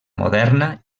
moderna